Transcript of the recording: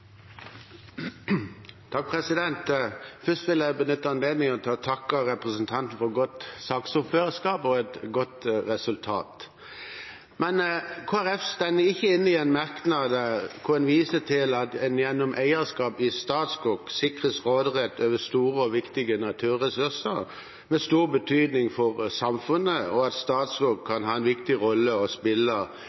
for godt saksordførerskap og et godt resultat. Men Kristelig Folkeparti står ikke inne i en merknad hvor en viser til at en gjennom eierskap i Statskog sikres råderett over store og viktige naturressurser med stor betydning for samfunnet, og at Statskog kan ha en viktig rolle å spille